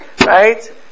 Right